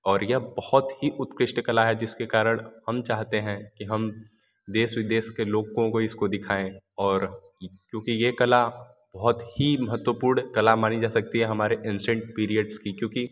और यह बहुत ही उत्कृष्ट कल है जिसके कारण हम चाहते हैं कि हम देश विदेश के लोगों को इसको दिखाएँ और क्योंकि ये कला बहुत ही महत्वपूर्ण कला मानी जा सकती है हमारे असिएंट पीरियड्स की क्योंकि